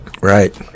Right